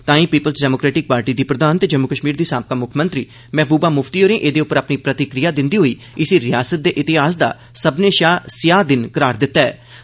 ताई people's democratic party दी प्रधान ते जम्मू कश्मीर दी साबका मुक्खमंत्री महबूबा मुफ्ती होरें एहदे उप्पर अपनी प्रतिक्रिया दिंदे होई इसी रिआसत दे इतिहास दा सब्मने शा स्याह दिन करार दित्ताँ